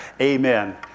Amen